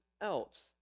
else